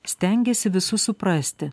stengiasi visus suprasti